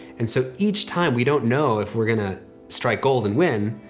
and so each time we don't know if we're going to strike gold and win,